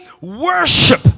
worship